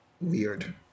weird